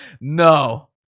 No